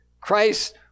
Christ